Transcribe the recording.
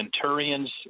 centurion's